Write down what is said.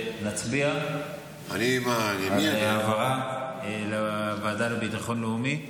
נצביע על העברה לוועדה לביטחון לאומי.